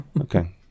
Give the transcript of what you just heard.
okay